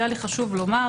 היה לי חשוב לומר,